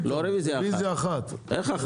לנמק פעם אחת על הכול.